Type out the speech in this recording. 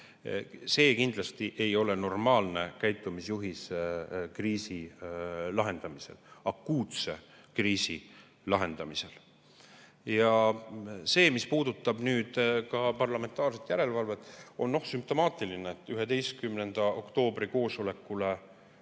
ole kindlasti normaalne käitumisjuhis kriisi lahendamisel, akuutse kriisi lahendamisel. Mis puudutab parlamentaarset järelevalvet, siis on sümptomaatiline, et 11. oktoobri koosolekule,